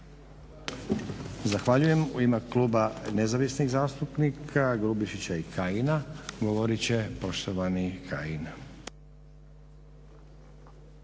Zahvaljujem U ime Kluba Nezavisnih zastupnika Grubišića i Kajina govorit će poštovani Kajin.